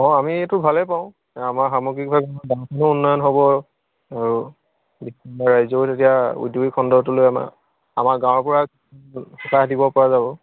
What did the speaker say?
অঁ আমি এইটো ভালে পাওঁ আমাৰ সামগ্ৰিকভাৱে গাঁওখনো উন্নয়ন হ'ব আৰু আমাৰ ৰাইজো তেতিয়া উদ্য়োগিক খণ্ডটোলৈ আমাৰ আমাৰ গাঁওবুঢ়াক সকাহ দিব পৰা যাব